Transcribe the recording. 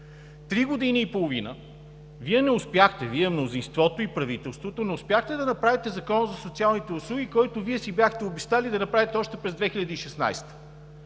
Три години и половина Вие, мнозинството и правителството, не успяхте да направите Закона за социалните услуги, който Вие си бяхте обещали да направите още през 2016 г.